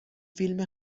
فیلم